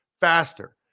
faster